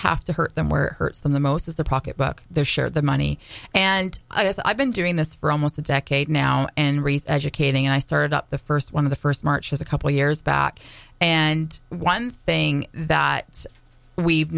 have to hurt them where hurts them the most is the pocketbook their share of the money and i guess i've been doing this for almost a decade now and educating and i started up the first one of the first marches a couple years back and one thing that we've